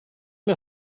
mir